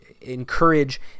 encourage